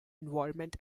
environment